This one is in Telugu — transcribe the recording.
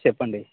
చెప్పండి